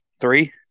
Three